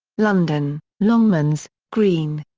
london longmans, green.